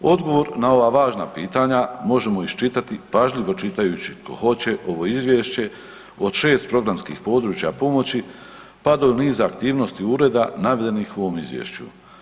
Odgovor na ova važna pitanja možemo iščitati pažljivo čitajući tko hoće ovo izvješće od 6 programskih područja pomoći, pa do niza aktivnosti ureda navedenih u ovom izvješću.